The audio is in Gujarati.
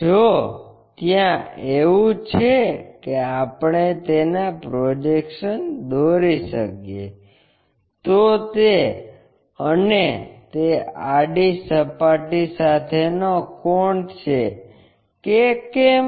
જો ત્યાં એવું છે કે આપણે તેના પ્રોજેક્શન દોરી શકીએ તો તે અને તે આડી સપાટી સાથેનો કોણ છે કે કેમ